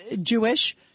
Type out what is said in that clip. Jewish